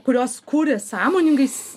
kurios kuria sąmoningais